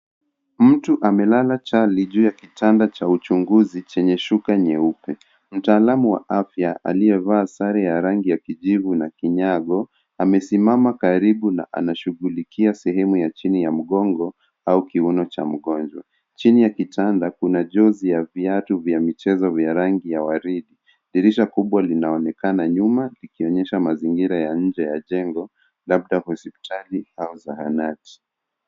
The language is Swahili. Mtu amelala chali juu ya kitanda cha uchunguzi chenye shuka nyeupe. Mtaalamu wa afya aliyevaa sare ya rangi ya kijivu na kinyago amesimama karibu na anashughulikia sehemu ya chini ya mgongo au kiuno cha mgonjwa. Chini ya kitanda kuna jozi ya viatu vya michezo vya rangi ya waridi. Dirisha kubwa linaonekana nyuma likionyesha mazingira ya nje ya jengo labda hospitali au zahanati.